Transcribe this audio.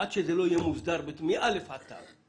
עד שזה לא יהיה מוסדר מא' ועד ת'.